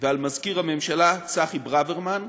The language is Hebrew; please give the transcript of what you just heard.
ועל מזכיר הממשלה צחי ברוורמן,